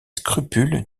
scrupules